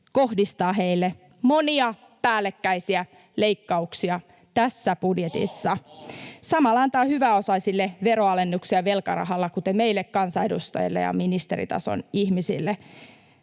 Kohdistaa heille monia päällekkäisiä leikkauksia tässä budjetissa, [Joona Räsänen: Ohhoh!] samalla antaa hyväosaisille veronalennuksia velkarahalla, kuten meille kansanedustajille ja ministeritason ihmisille.